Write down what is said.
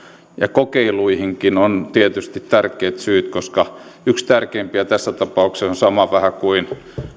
kokeiluihinkin on tietysti tärkeät syyt yksi tärkeimpiä tässä tapauksessa on vähän sama kuin mistä on